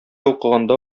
укыганда